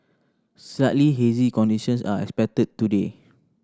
slightly hazy conditions are expected today